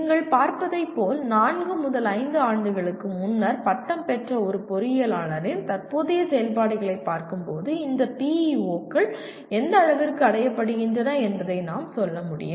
நீங்கள் பார்ப்பதை போல் நான்கு முதல் ஐந்து ஆண்டுகளுக்கு முன்னர் பட்டம் பெற்ற ஒரு பொறியியலாளரின் தற்போதைய செயல்பாடுகளைப் பார்க்கும்போது இந்த PEO கள் எந்த அளவிற்கு அடையப்படுகின்றன என்பதை நாம் சொல்ல முடியும்